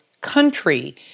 country